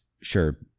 sure